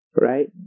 Right